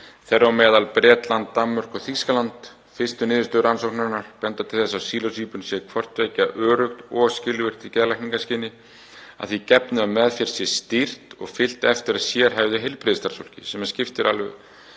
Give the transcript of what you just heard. þeirra á meðal Bretland, Danmörk og Þýskaland. Fyrstu niðurstöður rannsóknarinnar benda til þess að sílósíbín sé hvort tveggja öruggt og skilvirkt í geðlækningaskyni, að því gefnu að meðferð sé stýrt og fylgt eftir af sérhæfðu heilbrigðisstarfsfólki. Það skiptir mjög